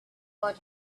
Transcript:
but